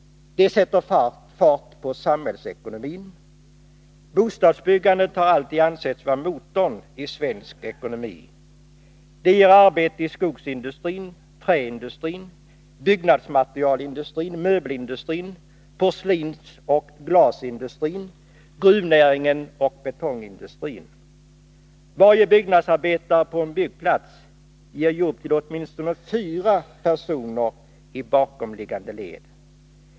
Det sätter fart på samhällsekonomin. Bostadsbyggandet har alltid ansetts vara motorn i svensk ekonomi. Det ger arbete i skogsindustrin, träindustrin, byggnadsmaterialindustrin, möbelindustrin, porslinsoch glasindustrin, gruvnäringen och betongindustrin. Varje byggnadsarbetare på en byggplats ger jobb till åtminstone fyra personer i bakomliggande led.